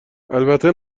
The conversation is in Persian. البته